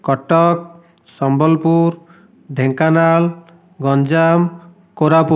Cuttack Sambalpur Dhenkanal Ganjam Koraput